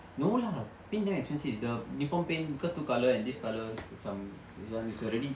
no lah paint damn expensive the Nippon paint cause two colour and this colour some this one is already